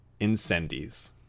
Incendies